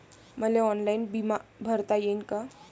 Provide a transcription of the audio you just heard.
मले ऑनलाईन बिमा भरता येईन का?